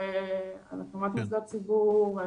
על הקמת מוסדות ציבור,